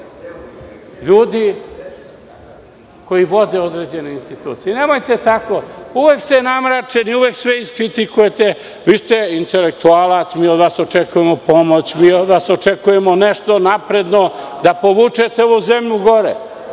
ljudi koji vode određene institucije. Nemojte tako. Uvek ste namračeni, uvek sve iskritikujete. Vi ste intelektualac. Od vas očekujemo pomoć, od vas očekujemo nešto napredno, da povučete ovu zemlju gore.